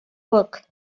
work